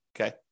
okay